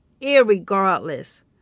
irregardless